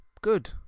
good